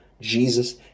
Jesus